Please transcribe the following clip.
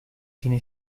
tiene